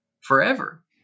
forever